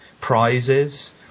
prizes